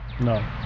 No